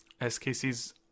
SKC's